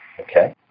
Okay